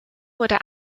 wurde